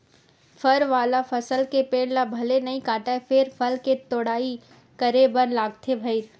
फर वाला फसल के पेड़ ल भले नइ काटय फेर फल के तोड़ाई करे बर लागथे भईर